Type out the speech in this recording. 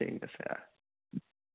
ঠিক আছে অ